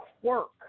quirk